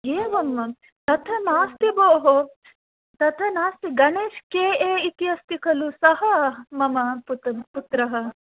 एवं वा तथा नास्ति भोः तथा नास्ति गणेश् के ए अस्ति खलु सः मम पुत्र पुत्रः